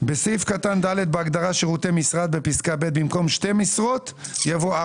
בעצם יחולו הוראות סעיף קטן (א2)(2) שמתייחס לכוח האדם שעליו דיברנו.